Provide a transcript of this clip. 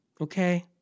okay